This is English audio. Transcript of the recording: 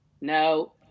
No